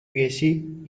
üyesi